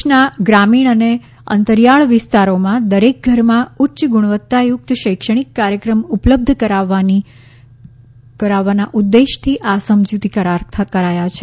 દેશના ગ્રામીણ અને અંતરિયાળ વિસ્તારોમાં દરેક ઘરમાં ઉચ્ય ગુણવત્તાયુક્ત શૈક્ષણિક કાર્યક્રમ ઉપલબ્ધ કરાવવાના ઉદેશથી આ સમજૂતી કરાર કરાયા છે